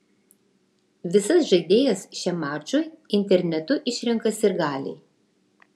visas žaidėjas šiam mačui internetu išrenka sirgaliai